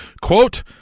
Quote